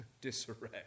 disarray